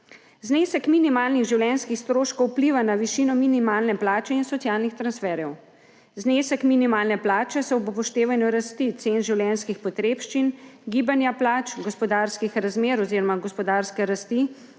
Znesek minimalnih življenjskih stroškov vpliva na višino minimalne plače in socialnih transferjev. Znesek minimalne plače se ob upoštevanju rasti cen življenjskih potrebščin, gibanja plač, gospodarskih razmer oziroma gospodarske rasti